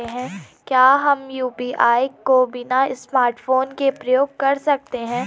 क्या हम यु.पी.आई को बिना स्मार्टफ़ोन के प्रयोग कर सकते हैं?